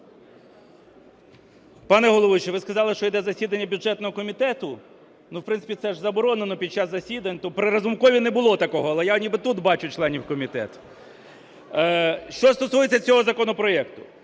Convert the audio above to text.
Пане головуючий, ви сказали, що йде засідання бюджетного комітету. В принципі, це ж заборонено під час засідань. То при Разумкові не було такого, але я ніби тут бачу членів комітету. Що стосується цього законопроекту.